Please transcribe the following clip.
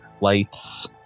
lights